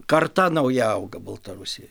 karta nauja auga baltarusijoj